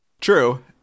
True